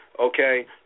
okay